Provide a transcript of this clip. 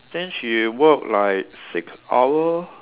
think she work like six hour